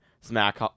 smack